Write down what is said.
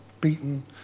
beaten